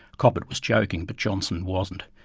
cobbett was joking. but johnson wasn't.